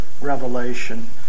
revelation